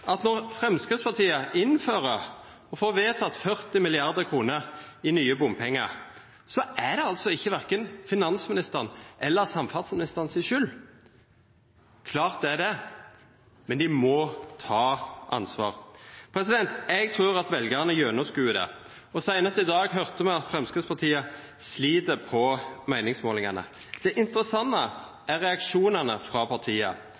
det verken finansministeren eller samferdselsministeren si skyld! Klart det er det. Men dei må ta ansvar. Eg trur at veljarane gjennomskodar dette. Seinast i dag høyrde me at Framstegspartiet slit på meiningsmålingane. Det interessante er reaksjonane frå partiet.